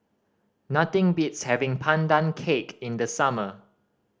nothing beats having Pandan Cake in the summer